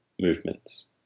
movements